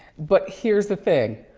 but here's the thing,